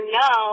no